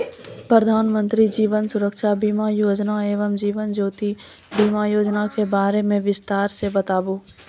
प्रधान मंत्री जीवन सुरक्षा बीमा योजना एवं जीवन ज्योति बीमा योजना के बारे मे बिसतार से बताबू?